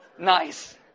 Nice